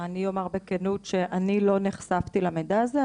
אני אומר בכנות שאני לא נחשפתי למידע הזה,